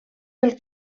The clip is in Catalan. del